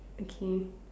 okay